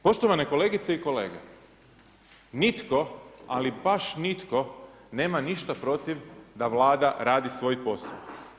Poštovane kolegice i kolege, nitko ali baš nitko nema ništa protiv da Vlada radi svoj posao.